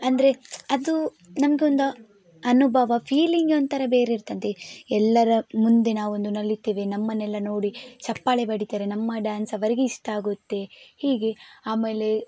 ಅಂದರೆ ಅದು ನಮಗೊಂದು ಅನುಭವ ಫೀಲಿಂಗೇ ಒಂಥರ ಬೇರೆ ಇರ್ತದೆ ಎಲ್ಲರ ಮುಂದೆ ನಾವು ಒಂದು ನಲಿತೇವೆ ನಮ್ಮನೆಲ್ಲ ನೋಡಿ ಚಪ್ಪಾಳೆ ಬಡಿತಾರೆ ನಮ್ಮ ಡ್ಯಾನ್ಸ್ ಅವರಿಗೆ ಇಷ್ಟ ಆಗುತ್ತೆ ಹೀಗೆ ಆಮೇಲೆ